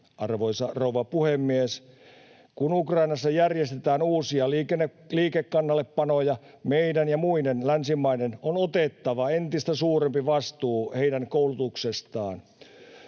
Arvoisa rouva puhemies! Kun Ukrainassa järjestetään uusia liikekannallepanoja, meidän ja muiden länsimaiden on otettava entistä suurempi vastuu heidän koulutuksestaan.